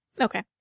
Okay